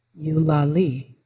Yulali